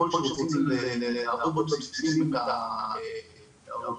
ככול שהם רוצים להראות בבסיסים ערוצים,